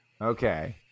Okay